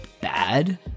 bad